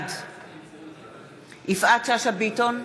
בעד יפעת שאשא ביטון,